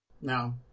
No